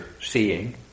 seeing